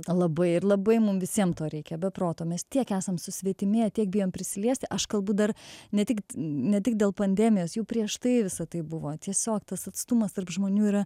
labai ir labai mum visiem to reikia be proto mes tiek esam susvetimėję tiek bijom prisiliest aš kalbu dar ne tik ne tik dėl pandemijos jau prieš tai visa tai buvo tiesiog tas atstumas tarp žmonių yra